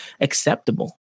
acceptable